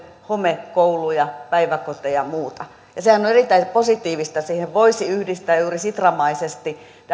homekouluja päiväkoteja ja muuta sehän on erittäin positiivista siihen voisi yhdistää juuri sitramaisesti